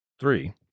Three